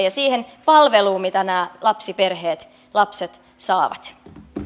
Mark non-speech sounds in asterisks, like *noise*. *unintelligible* ja siihen palveluun mitä nämä lapsiperheet lapset saavat